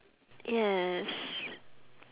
yes